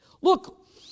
Look